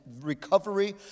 recovery